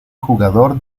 jugador